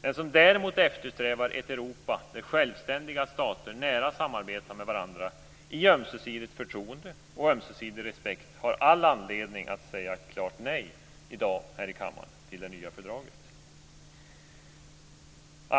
Den som däremot eftersträvar ett Europa där självständiga stater nära samarbetar med varandra i ömsesidigt förtroende och ömsesidig respekt har all anledning att säga klart nej i dag här i kammaren till det nya fördraget.